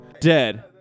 dead